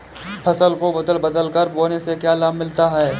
फसल को बदल बदल कर बोने से क्या लाभ मिलता है?